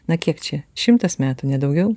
na kiek čia šimtas metų ne daugiau